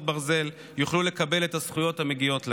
ברזל יוכלו לקבל את הזכויות המגיעות להן.